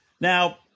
Now